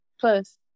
Plus